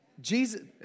Jesus